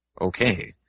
Okay